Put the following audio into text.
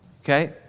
Okay